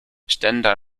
stendal